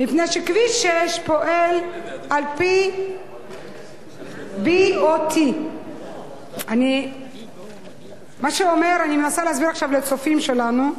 מפני שכביש 6 פועל על-פי BOT. אני מנסה להסביר עכשיו לצופים שלנו.